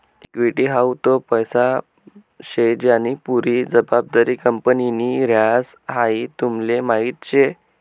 equity हाऊ तो पैसा शे ज्यानी पुरी जबाबदारी कंपनीनि ह्रास, हाई तुमले माहीत शे